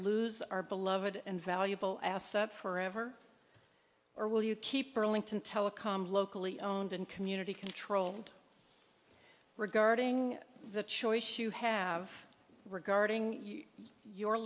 lose our beloved and valuable assets forever or will you keep pearlington telecom locally owned and community controlled regarding the choice you have regarding you